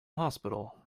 hospital